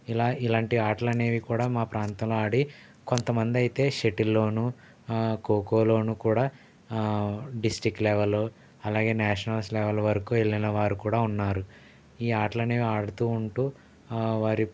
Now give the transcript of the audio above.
ఇలా ఇలాంటి ఆటలనేవి కూడా మా ప్రాంతంలో ఆడి కొంతమందైతే షటిల్ లోను ఖో ఖో లోను కూడా డిస్టిక్ లెవెల్ అలాగే నేషనల్స్ లెవెల్ వరకూ వెళ్లిన వారు కూడా ఉన్నారు ఈ ఆటలని ఆడుతూ ఉంటూ వారు